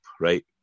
right